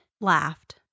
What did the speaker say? laughed